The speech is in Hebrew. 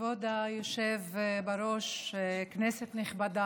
כבוד היושב-ראש, כנסת נכבדה,